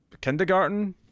kindergarten